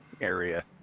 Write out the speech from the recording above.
area